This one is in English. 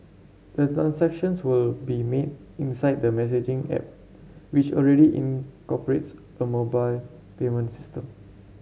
the transactions will be made inside the messaging app which already incorporates a mobile payment system